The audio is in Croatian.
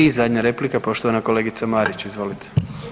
I zadnja replika, poštovana kolegica Marić, izvolite.